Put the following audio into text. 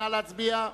נא להצביע.